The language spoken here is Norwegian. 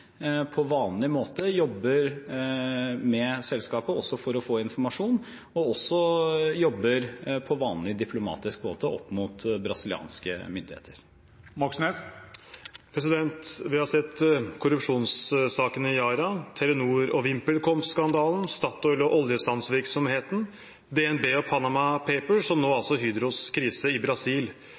på vanlig måte jobber med selskapet for å få informasjon, og også jobber på vanlig diplomatisk måte opp mot brasilianske myndigheter. Vi har sett korrupsjonssakene i Yara, Telenor- og Vimpelcom-skandalen, Statoil og oljesandvirksomheten, DNB og Panama Papers, og nå altså Hydros krise i Brasil.